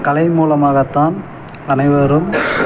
கலை மூலமாகத்தான் அனைவரும்